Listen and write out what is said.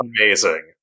Amazing